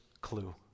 clue